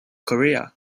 korea